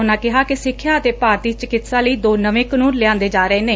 ਉਨਾਂ ਕਿਹਾ ਕਿ ਸਿੱਖਿਆ ਅਤੇ ਭਾਰਤੀ ਚਿਕਤਸਾ ਲਈ ਦੋ ਨਵੇਂ ਕਾਨੁੰਨ ਲਿਆਂਦੇ ਜਾ ਰਹੇ ਨੇ